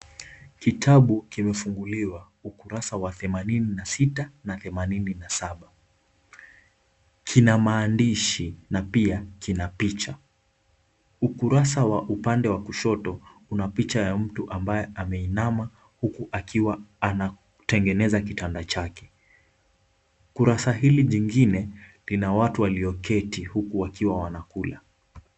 Kitabu kimefunguliwa ukurasa wa themanini na sita na themanini na saba, kina maadishi na pia kina picha, ukurasa wa upande wa kushoto unapicha ya mtu ambaye ameinama huku akiwa anatengeneza kitanda chake, kurasa hili jingine lina watu walioketi huku wakiwa wanakula.